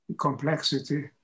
complexity